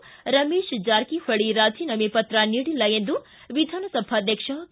ಆದರೆ ರಮೇಶ್ ಜಾರಕಿಹೊಳಿ ರಾಜೀನಾಮೆ ಪತ್ರ ನೀಡಿಲ್ಲ ಎಂದು ವಿಧಾನಸಭಾಧ್ಯಕ್ಷ ಕೆ